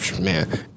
man